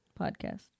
podcast